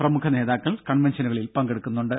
പ്രമുഖ നേതാക്കൾ കൺവെൻഷനുകളിൽ പങ്കെടുക്കുന്നുണ്ട്